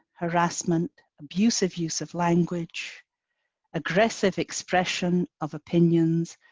harassment, abusive use of language aggressive expression of opinions,